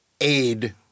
aid